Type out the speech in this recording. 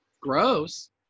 gross